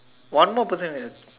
one more person and